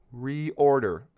reorder